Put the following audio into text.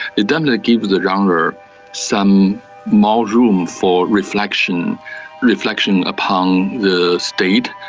it definitely gave the genre some more room for reflection reflection upon the state,